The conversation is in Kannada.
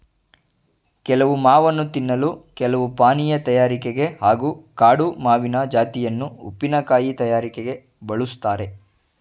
ಕೆಲವು ಮಾವನ್ನು ತಿನ್ನಲು ಕೆಲವು ಪಾನೀಯ ತಯಾರಿಕೆಗೆ ಹಾಗೂ ಕಾಡು ಮಾವಿನ ಜಾತಿಯನ್ನು ಉಪ್ಪಿನಕಾಯಿ ತಯಾರಿಕೆಗೆ ಬಳುಸ್ತಾರೆ